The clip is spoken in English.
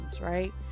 right